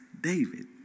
David